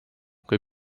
kui